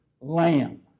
lamb